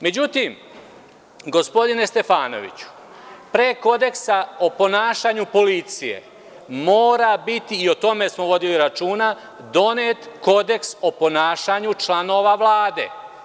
Međutim, gospodine Stefanoviću, pre kodeksa o ponašanju policije mora biti, i o tome smo vodili računa, donet kodeks o ponašanju članova Vlade.